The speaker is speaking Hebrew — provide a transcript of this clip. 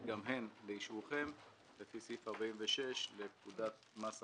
גם הן לאישורכם על פי סעיף 46 לפקודת מס הכנסה.